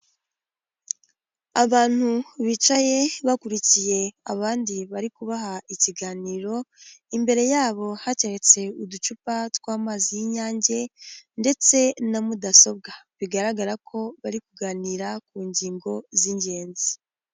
Abantu bicaye bakurikiye abandi bari kubaha ikiganiro, imbere yabo hateretse uducupa tw'amazi y'inyange, ndetse na mudasobwa, bigaragara ko bari kuganira ku ngingo z'ingenzi.